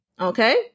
Okay